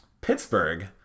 Pittsburgh